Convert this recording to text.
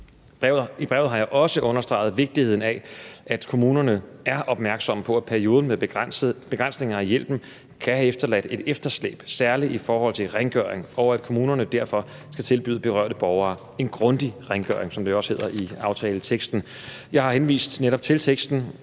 I brevet har jeg også understreget vigtigheden af, at kommunerne er opmærksomme på, at perioden med begrænsninger i hjælpen kan have efterladt et efterslæb, særlig i forhold til rengøring, og at kommunerne derfor skal tilbyde berørte borgere en grundig rengøring, som det også hedder i aftaleteksten. Jeg har netop henvist til teksten,